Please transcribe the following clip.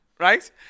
Right